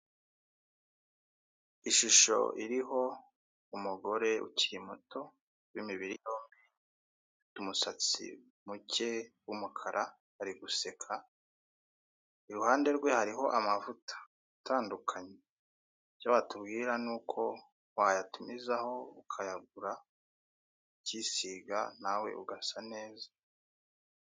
Ishusho iriho umugore ukiri muto w'imibiri yombi, ufite umusatsi muke w'umukara ari guseka, iruhande rwe hariho amavuta atandukanye, ibyo watubwira ni uko wayatumizaho ukayagura, ukisiga nawe ugasa neza.